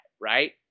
right